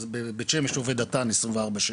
אז בבית שמש עובד אט"ן 24/7,